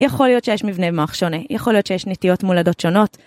יכול להיות שיש מבנה מוח שונה, יכול להיות שיש נטיות מולדות שונות.